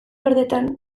horretan